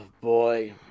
boy